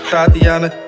Tatiana